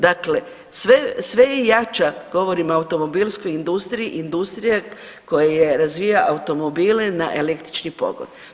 Dakle, sve, sve je jača, govorim o automobilskoj industriji, industrija koja razvija automobile na električni pogon.